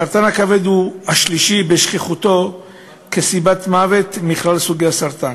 סרטן הכבד הוא השלישי בשכיחותו כסיבת מוות בכלל סוגי הסרטן.